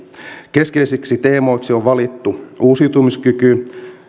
keskeisiksi teemoiksi on valittu uusiutumiskyky